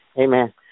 Amen